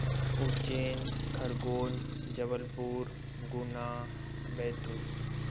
Ujjain Khargone Jabalpur Guna Betul